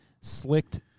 slicked